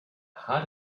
heart